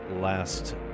last